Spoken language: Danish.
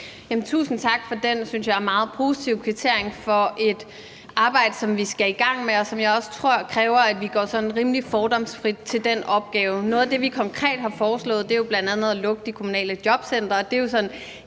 Tusind tak for den, synes jeg, meget positive kvittering for et arbejde, som vi skal i gang med, og jeg tror også, det kræver, at vi går sådan rimelig fordomsfrit til den opgave. Noget af det, vi konkret har foreslået, er bl.a. at lukke de kommunale jobcentre, og det er jo sådan